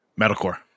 Metalcore